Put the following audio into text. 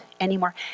anymore